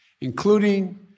including